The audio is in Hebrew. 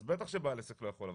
אז בטח שבעל העסק לא יכול.